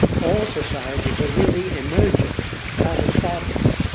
all societies are really emergent, not established.